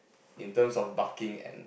in terms of barking and